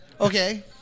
Okay